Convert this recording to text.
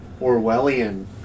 Orwellian